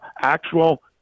actual